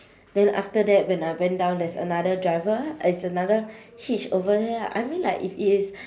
then after that when I went down there's another driver ah there's another hitch over there ah I mean like if it is